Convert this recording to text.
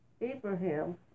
Abraham